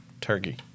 turkey